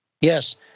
Yes